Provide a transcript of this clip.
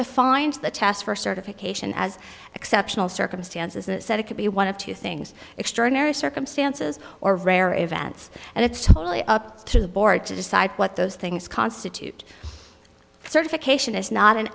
defines the test for certification as exceptional circumstances it said it could be one of two things extraordinary circumstances or rare events and it's totally up to the board to decide what those things constitute certification is not an